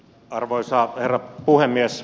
arvoisa herra puhemies